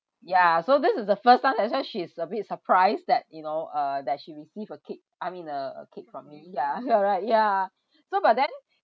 ya so this is the first time that's why she's a bit surprised that you know uh that she receive a cake I mean uh a cake from me ya correct ya so but then